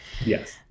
yes